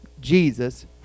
Jesus